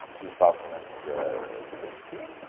two thousand and sixteen?